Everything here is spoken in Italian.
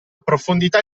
profondità